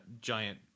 giant